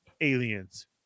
aliens